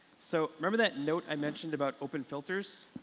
so remember that note i mentioned about open filters?